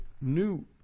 new